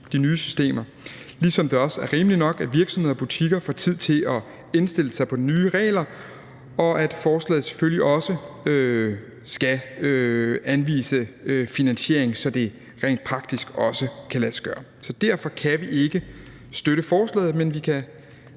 de nye systemer, ligesom det også er rimeligt nok, at virksomheder og butikker får tid til at indstille sig på de nye regler, og at forslaget selvfølgelig også skal anvise en finansiering, så det rent praktisk også kan lade sig gøre. Så derfor kan vi ikke støtte forslaget, men vi kan